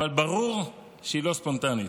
אבל ברור שהיא לא ספונטנית.